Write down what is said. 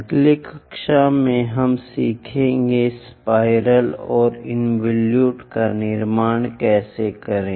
अगली कक्षा में हम सीखेंगे कि स्पाइरल और इन्वोलुटे का निर्माण कैसे करें